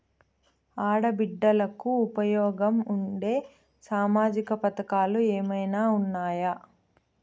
ఆడ బిడ్డలకు ఉపయోగం ఉండే సామాజిక పథకాలు ఏమైనా ఉన్నాయా?